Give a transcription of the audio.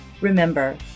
Remember